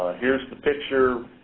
here's the picture